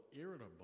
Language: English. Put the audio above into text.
irritable